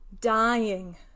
dying